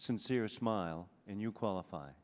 sincere smile and you qualify